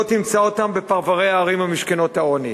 לא תמצא אותם בפרברי הערים ומשכנות העוני,